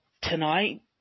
tonight